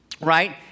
right